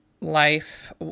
life